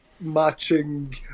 matching